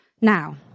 Now